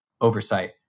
oversight